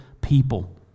people